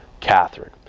Catherine